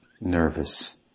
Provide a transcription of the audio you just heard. nervous